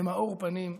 במאור פנים.